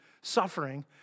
suffering